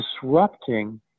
disrupting